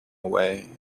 away